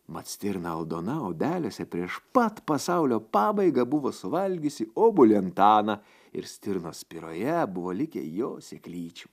mat stirna aldona obelėse prieš pat pasaulio pabaigą buvo suvalgiusi obuolį antaną ir stirnos spiroje buvo likę jo sėklyčių